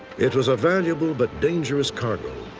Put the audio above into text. it was a valuable but dangerous cargo.